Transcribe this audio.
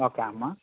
okay అమ్మా